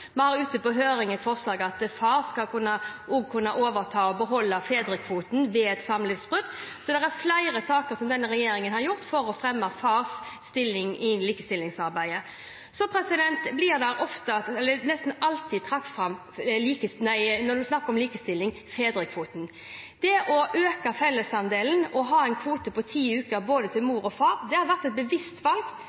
forslag om at far også skal kunne overta og beholde fedrekvoten ved samlivsbrudd. Så det er flere tiltak denne regjeringen har gjort for å fremme fars stilling i likestillingsarbeidet. Så blir nesten alltid fedrekvoten trukket fram når man snakker om likestilling. Det å øke fellesandelen og ha en kvote på ti uker både til mor og far har vært et bevisst valg.